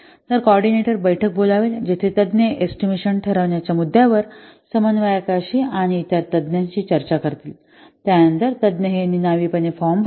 तर कॉर्डीनेटर बैठक बोलावेल जेथे तज्ज्ञ एस्टिमेशन ठरवण्याच्या मुद्द्यावर समन्वयकांशी आणि इतर तज्ञांशी चर्चा करतील त्यानंतर तज्ञ हे निनावीपणे फॉर्म भरतील